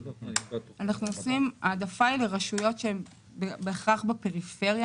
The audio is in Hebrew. ההעדפה היא לרשויות שהן בהכרח בפריפריה,